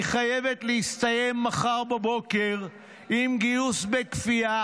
והיא חייבת להסתיים מחר בבוקר עם גיוס בכפייה,